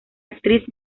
actriz